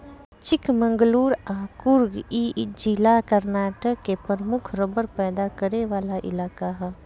चिकमंगलूर आ कुर्ग इ जिला कर्नाटक के प्रमुख रबड़ पैदा करे वाला इलाका ह